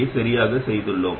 இந்த வழக்கில் iovigm1gmR11R1gm